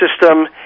system